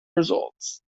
results